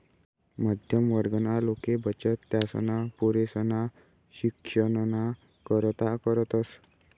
मध्यम वर्गना लोके बचत त्यासना पोरेसना शिक्षणना करता करतस